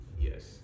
yes